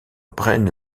braine